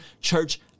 church